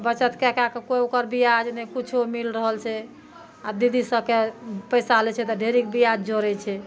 बचत कए कऽ कए नहि ओकर बियाज नहि किछो मिल रहल छै आ दीदी सबके पैसा लै छै तऽ ढेरीक बियाज जोरै छै